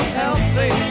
healthy